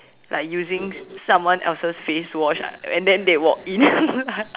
like using someone else's face wash and then they walk in